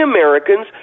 Americans